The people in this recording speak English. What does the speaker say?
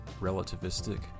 relativistic